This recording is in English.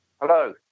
Hello